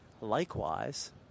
Likewise